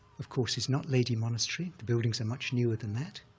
of course, is not ledi monastery. the buildings are much newer than that.